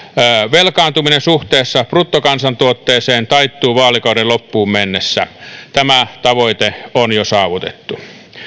velkaantuminen suhteessa bruttokansantuotteeseen taittuu vaalikauden loppuun mennessä tämä tavoite on jo saavutettu